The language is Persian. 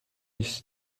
است